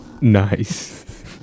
Nice